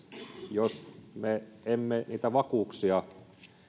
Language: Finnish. jos me emme niitä vakuuksia